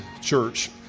church